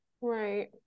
Right